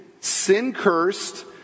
sin-cursed